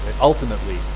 ultimately